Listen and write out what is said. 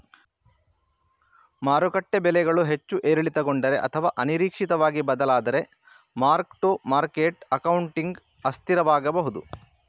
ಮಾರುಕಟ್ಟೆ ಬೆಲೆಗಳು ಹೆಚ್ಚು ಏರಿಳಿತಗೊಂಡರೆ ಅಥವಾ ಅನಿರೀಕ್ಷಿತವಾಗಿ ಬದಲಾದರೆ ಮಾರ್ಕ್ ಟು ಮಾರ್ಕೆಟ್ ಅಕೌಂಟಿಂಗ್ ಅಸ್ಥಿರವಾಗಬಹುದು